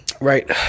Right